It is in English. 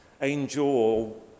angel